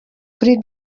kuri